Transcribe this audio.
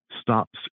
stops